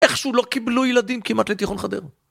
איכשהו לא קיבלו ילדים כמעט לתיכון חדר.